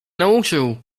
nauczył